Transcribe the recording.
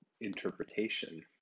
interpretation